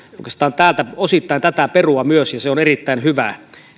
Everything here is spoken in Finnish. oikeastaan osittain tätä perua myös ja se on erittäin hyvä